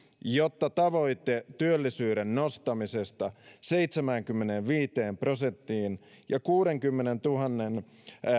jotta tavoite työllisyyden nostamisesta seitsemäänkymmeneenviiteen prosenttiin ja kuudenkymmenentuhannen